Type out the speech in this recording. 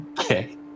Okay